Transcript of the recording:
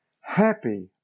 happy